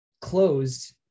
closed